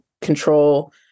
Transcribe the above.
control